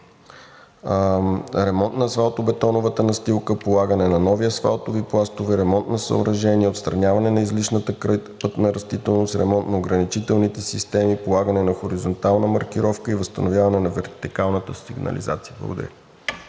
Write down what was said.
ремонт на асфалто-бетоновата настилка, полагане на нови асфалтови пластове, ремонт на съоръжения, отстраняване на излишната крайпътна растителност, ремонт на ограничителните системи, полагане на хоризонтална маркировка и възстановяване на вертикалната сигнализация. Благодаря.